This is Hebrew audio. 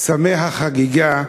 סמי "חגיגת"